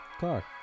Car